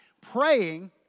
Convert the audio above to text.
praying